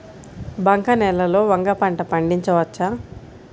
బంక నేలలో వంగ పంట పండించవచ్చా?